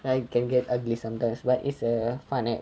and it can get ugly sometimes but it's a fun app